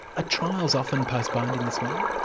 trials often postponed in this way?